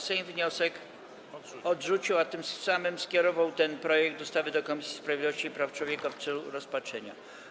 Sejm wniosek odrzucił, a tym samym skierował ten projekt ustawy do Komisji Sprawiedliwości i Praw Człowieka w celu rozpatrzenia.